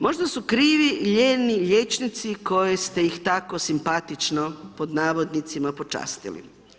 Možda su krivi lijeni liječnici koje ste tako simpatično pod navodnicima počastili.